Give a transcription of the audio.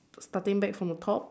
starting back from the top